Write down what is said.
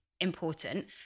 important